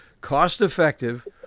cost-effective